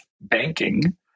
banking